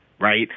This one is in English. right